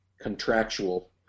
contractual